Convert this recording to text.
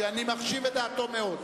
שאני מחשיב את דעתו מאוד.